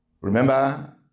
Remember